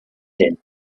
din